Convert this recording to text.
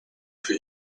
for